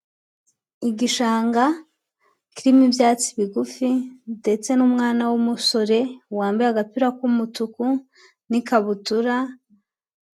Igishanga kirimo ibyatsi bigufi, ndetse n'umwana w'umusore, wambaye agapira k'umutuku n'ikabutura.